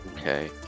Okay